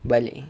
bali